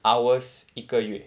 hours 一个月